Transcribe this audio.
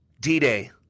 D-Day